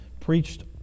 preached